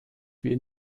wir